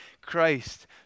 Christ